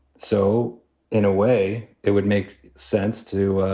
so in a way, it would make sense to,